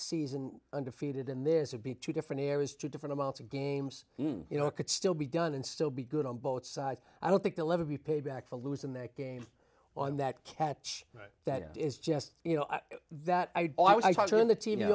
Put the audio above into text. season undefeated and this would be two different areas two different amounts of games you know it could still be done and still be good on both sides i don't think they'll ever be paid back to losing their game on that catch that is just you know that i